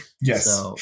Yes